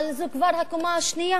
אבל זו כבר הקומה השנייה.